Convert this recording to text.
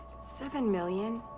seven million.